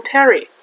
Terry